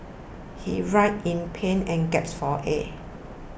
he writhed in pain and gasped for air